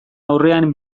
aurrean